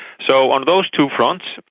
so on those two fronts,